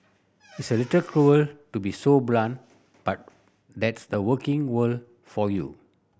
it's a little cruel to be so blunt but that's the working world for you